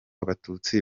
abatutsi